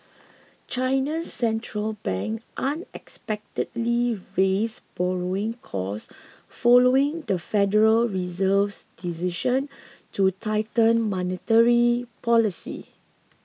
China's Central Bank unexpectedly raised borrowing costs following the Federal Reserve's decision to tighten monetary policy